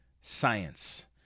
Science